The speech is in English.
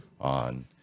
on